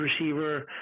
receiver